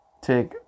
take